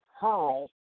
hurl